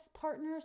partners